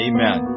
Amen